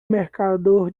mercador